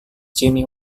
jamie